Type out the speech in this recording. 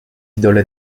idoles